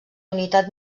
unitat